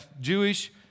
Jewish